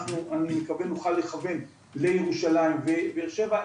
ואני מקווה שנוכל לכוון לירושלים ובאר שבע,